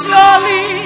Surely